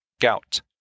gout